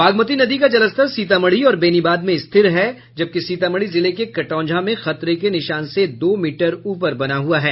बागमती नदी का जलस्तर सीतामढ़ी और बेनीबाद में स्थिर है जबकि सीतामढ़ी जिले के कटौंझा में खतरे के निशान से दो मीटर ऊपर बना हुआ है